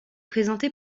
présenté